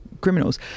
criminals